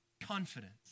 confidence